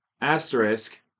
asterisk